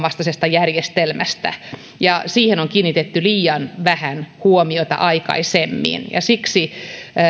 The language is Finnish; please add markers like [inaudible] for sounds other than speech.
[unintelligible] vastaisessa järjestelmässä ja siihen on kiinnitetty liian vähän huomiota aikaisemmin siksi